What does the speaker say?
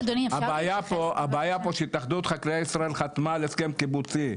הבעיה פה היא שהתאחדות האיכרים חתמה על הסכם קיבוצי,